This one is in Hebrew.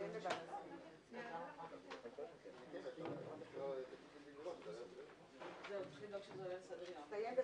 בשעה 10:15.